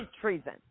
treason